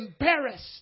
Embarrassed